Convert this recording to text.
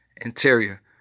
interior